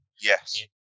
Yes